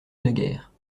naguère